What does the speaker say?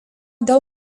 dėl